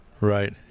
Right